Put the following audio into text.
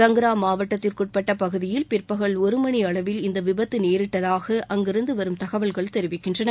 கங்ரா மாவட்டத்திற்குட்பட்ட பகுதியில் பிற்பகல் ஒரு மணியளவில் இந்த விபத்து நேரிட்டதாக அங்கிருந்து வரும் தகவல்கள் தெரிவிக்கின்றன